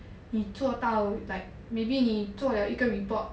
你做到 like maybe 你做 liao 一个 report